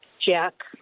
Jack